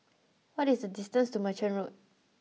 what is the distance to Merchant Road